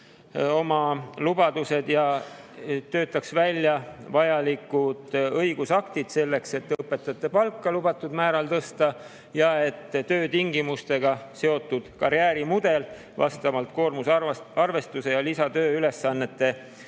oma lubadused ja töötaks välja vajalikud õigusaktid selleks, et õpetajate palka lubatud määral tõsta ja et töötingimustega seotud karjäärimudel vastavalt koormuse arvestuse ja lisatööülesannete